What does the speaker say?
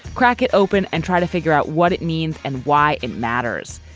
crack it open and try to figure out what it means and why it matters.